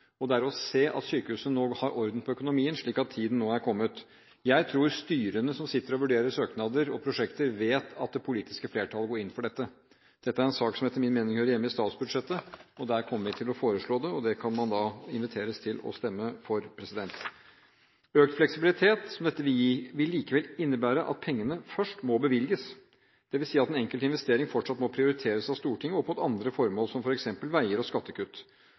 om, og ved å se at sykehusene nå har orden på økonomien, slik at tiden nå er kommet. Jeg tror at styrene som sitter og vurderer søknader og prosjekter, vet at det politiske flertallet går inn for dette. Dette er en sak som, etter min mening, hører hjemme i statsbudsjettet – der kommer vi til å foreslå det – og det kan man da inviteres til å stemme for. Det vil gi økt fleksibilitet, men det vil likevel innebære at pengene først må bevilges, dvs. at den enkelte investering fortsatt må prioriteres av Stortinget opp mot andre formål, som f.eks. veier og skattekutt.